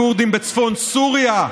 הכורדים בצפון סוריה,